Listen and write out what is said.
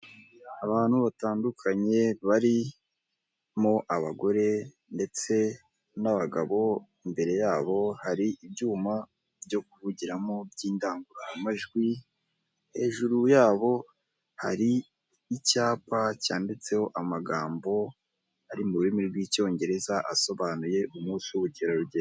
Abantu batandukanye barimo abagore ndetse n'abagabo, imbere yabo hari ibyuma byo kuvugiramo by'indangururamajwi, hejuru yabo hari icyapa cyanditseho amagambo ari mu rurimi rw'icyongereza asobanuye umunsi w'ubukerarugendo.